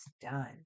done